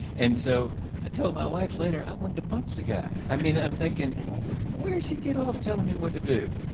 and so i told my wife later, i wanted to punch the guy, i mean, i'm thinking where does he get off telling me what to do?